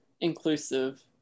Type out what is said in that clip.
inclusive